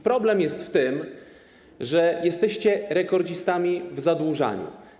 Problem jest w tym, że jesteście rekordzistami w zadłużaniu.